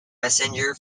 messenger